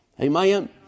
Amen